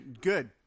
good